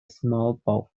smallpox